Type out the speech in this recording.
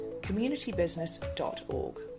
communitybusiness.org